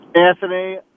Anthony